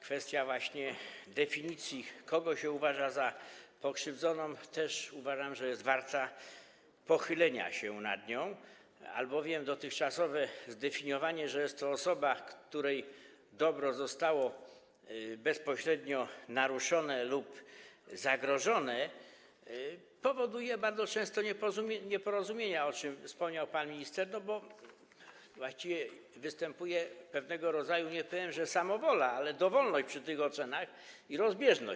Kwestia definicji, kogo uważa się za osobę pokrzywdzoną, też, uważam, jest warta pochylenia się nad nią, albowiem dotychczasowe zdefiniowanie, że jest to osoba, której dobro zostało bezpośrednio naruszone lub zagrożone, powoduje bardzo często nieporozumienia, o czym wspomniał pan minister, bo właściwie występuje pewnego rodzaju, nie powiem, że samowola, ale dowolność przy tych ocenach i rozbieżność.